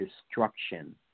destruction